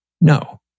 No